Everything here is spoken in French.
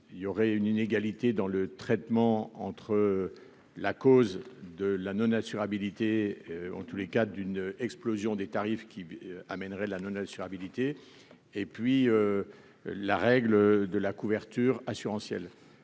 il y aurait une inégalité dans le traitement entre la cause de la Nona assurabilité en tous les cas d'une explosion des tarifs qui amènerait la assurabilité et puis la règle de la couverture assurantielle